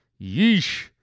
Yeesh